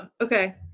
Okay